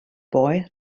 boy